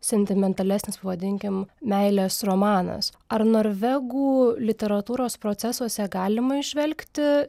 sentimentalesnis vadinkim meilės romanas ar norvegų literatūros procesuose galima įžvelgti